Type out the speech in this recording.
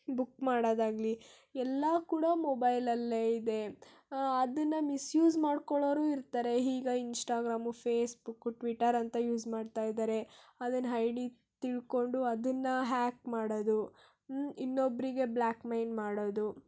book ಮಾಡೋದಾಗ್ಲಿ ಎಲ್ಲ ಕೂಡ ಮೊಬೈಲಲ್ಲೇ ಇದೆ ಅದನ್ನು ಮಿಸ್ಯೂಸ್ ಮಾಡ್ಕೊಳ್ಳೋರು ಇರ್ತಾರೆ ಈಗ ಇನ್ಸ್ಟಾಗ್ರಾಮು ಫೇಸ್ಬುಕ್ಕು ಟ್ವಿಟ್ಟರಂತ ಯೂಸ್ ಮಾಡ್ತಾ ಇದ್ದಾರೆ ಅದನ್ ಹೈ ಡಿ ತಿಳ್ಕೊಂಡು ಅದನ್ನು ಹ್ಯಾಕ್ ಮಾಡೋದು ಇನ್ನೊಬ್ಬರಿಗೆ ಬ್ಲ್ಯಾಕ್ಮೇಲ್ ಮಾಡೋದು